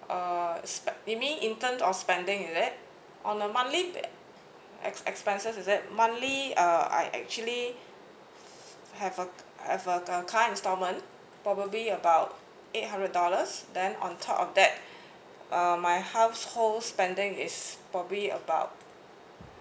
uh spend~ you mean in terms of spending is it on a monthly ex~ expenses is it monthly uh I actually have a have uh a car installment probably about eight hundred dollars then on top of that uh my household spending is probably about